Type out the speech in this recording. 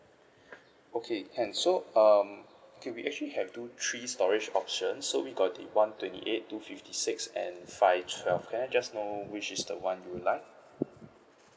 okay can so um okay we actually have two three storage options so we got the one twenty eight two fifty six and five twelve can I just know which is the one you would like